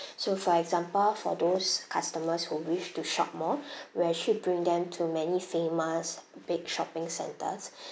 so for example for those customers who wish to shop more we actually bring them to many famous big shopping centres